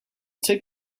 took